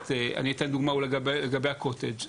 אתן דוגמה לגבי קוטג'.